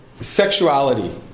sexuality